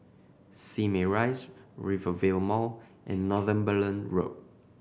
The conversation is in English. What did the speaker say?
Simei Rise Rivervale Mall and Northumberland Road